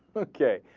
okay ah.